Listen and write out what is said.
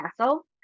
castle